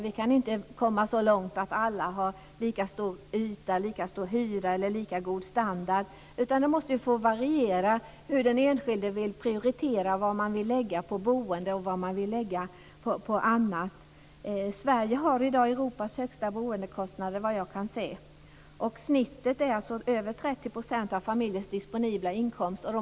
Man kan inte komma så långt att alla har lika stor lägenhetsyta, lika stor hyra eller lika god standard. Det måste få variera hur den enskilde vill prioritera, hur mycket man vill lägga på boende och hur mycket man vill lägga på annat. Såvitt jag kan se har Sverige i dag Europas högsta boendekostnader. Genomsnittet ligger på över 30 % av familjens disponibla inkomst.